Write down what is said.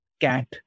cat